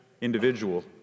individual